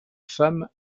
femme